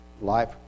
life